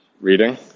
reading